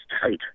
tight